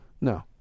no